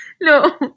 No